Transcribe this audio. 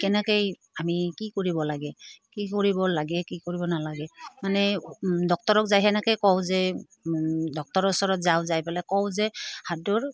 কেনেকৈ আমি কি কৰিব লাগে কি কৰিব লাগে কি কৰিব নালাগে মানে ডাক্তৰক যায় সেনেকৈয়ে কওঁ যে ডাক্তৰৰ ওচৰত যাওঁ যাই পেলাই কওঁ যে হাতৰ